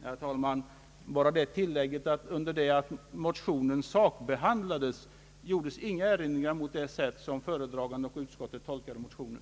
Herr talman! Jag vill bara göra det tillägget att då motionen sakbehandlades gjordes inga erinringar mot det sätt på vilket föredragande och utskott hade tolkat motionen.